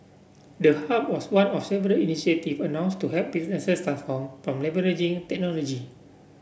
the hub was one of several initiative announced to help businesses transform by leveraging technology